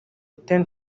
ten